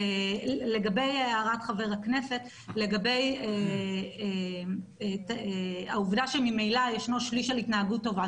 לגבי הערת חבר הכנסת לגבי העובדה שממילא ישנו שליש על התנהגות טובה,